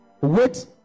Wait